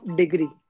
degree